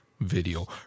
video